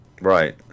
Right